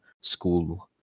school